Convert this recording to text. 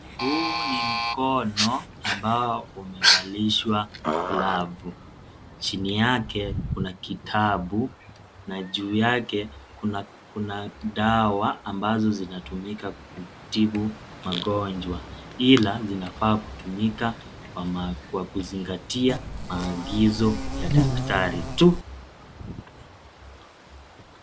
Huu ni mkono ambao umevalishwa (cs)glov(cs) chini yake kuna kitabu na juu yake kuna dawa ambazo zinatumika kutibu magonjwa ila zinafaa kutumika kwa kuzingatia maagizo ya daktari tu!